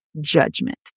judgment